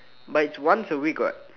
but it's once a week what